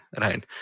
right